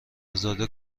ازاده